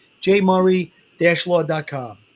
jmurray-law.com